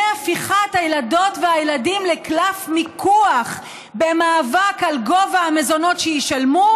הפיכת הילדות והילדים לקלף מיקוח במאבק על גובה המזונות שישלמו,